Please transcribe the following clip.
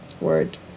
Word